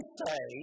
say